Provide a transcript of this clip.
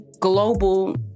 global